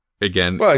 again